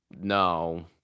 no